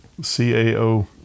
CAO